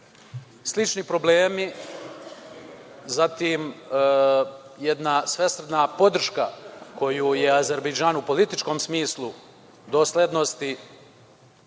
Slični problemi, zatim, jedna svesrdna podrška koju je Azerbejdžan u političkom smislu doslednosti,